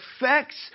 effects